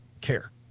care